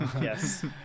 Yes